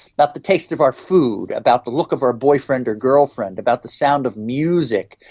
about the taste of our food, about the look of our boyfriend or girlfriend, about the sound of music,